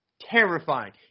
terrifying